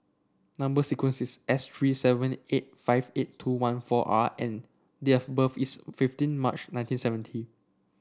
number sequence is S three seven eight five eight two one four R and date of birth is fifteen March nineteen seventy